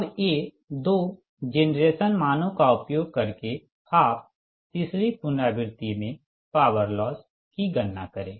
अब ये दो जेनरेशन मानों का उपयोग करके आप तीसरी पुनरावृति में पॉवर लॉस कि गणना करें